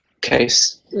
case